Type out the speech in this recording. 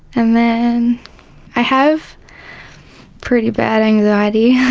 and then i have pretty bad anxiety.